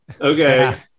okay